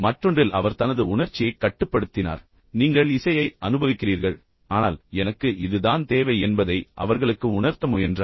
மற்றொன்றில் அவர் தனது உணர்ச்சியைக் கட்டுப்படுத்தினார் பின்னர் நீங்கள் இசையை அனுபவிக்கிறீர்கள் அது சரி ஆனால் எனக்கு இது தான் தேவை என்பதை அவர்களுக்கு உணர்த்த முயன்றார்